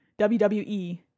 WWE